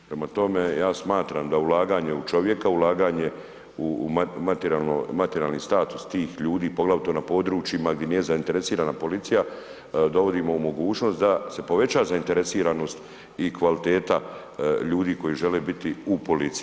Prema tome, ja smatram da ulaganje u čovjeka, ulaganje u materijalni status tih ljudi, poglavito na područjima gdje nije zainteresirana policija, dovodimo u mogućnost da se poveća zainteresiranost i kvaliteta ljudi koji žele biti u policiji.